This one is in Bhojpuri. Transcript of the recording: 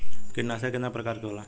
कीटनाशक केतना प्रकार के होला?